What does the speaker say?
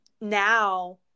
now